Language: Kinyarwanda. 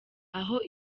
aho